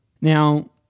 Now